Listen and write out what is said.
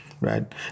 right